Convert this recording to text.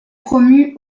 promu